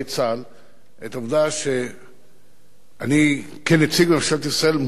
את העובדה שאני כנציג ממשלת ישראל מודע לעובדה